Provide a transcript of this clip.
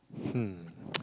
hmm